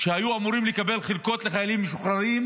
שהיו אמורים לקבל חלקות לחיילים משוחררים,